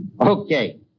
Okay